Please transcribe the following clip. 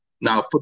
Now